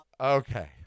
Okay